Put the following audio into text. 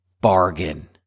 bargain